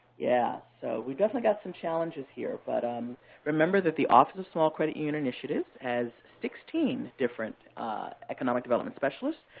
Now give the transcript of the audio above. yeah, so we've definitely got some challenges here, but um remember that the office of small credit union initiatives has sixteen different economic development specialists.